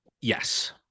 Yes